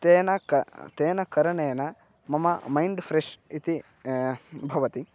तेन किं तेन करणेन मम मैण्ड् फ़्रेश् इति भवति